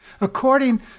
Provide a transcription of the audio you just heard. According